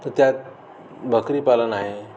तर त्यात बकरीपालन आहे